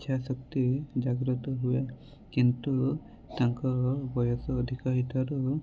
ଇଚ୍ଛାଶକ୍ତି ଜାଗ୍ରତ ହୁଏ କିନ୍ତୁ ତାଙ୍କର ବୟସ ଅଧିକ ହୋଇଥିବାରୁ